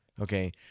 Okay